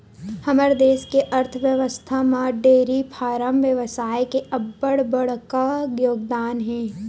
हमर देस के अर्थबेवस्था म डेयरी फारम बेवसाय के अब्बड़ बड़का योगदान हे